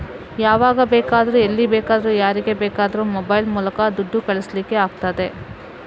ಯಾವಾಗ ಬೇಕಾದ್ರೂ ಎಲ್ಲಿ ಬೇಕಾದ್ರೂ ಯಾರಿಗೆ ಬೇಕಾದ್ರೂ ಮೊಬೈಲ್ ಮೂಲಕ ದುಡ್ಡು ಕಳಿಸ್ಲಿಕ್ಕೆ ಆಗ್ತದೆ